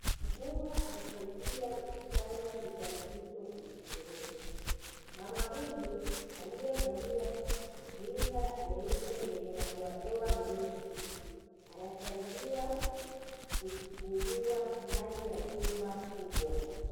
Mkunga amsaidia msichana mjamzito kujifungua, mama huyu aliyevalia rinda jeupe lenye madoadoa meusi anasaidiwa kujifungua ndani ya jumba kubwa.